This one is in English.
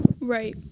right